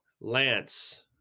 Lance